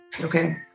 Okay